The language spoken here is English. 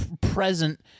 present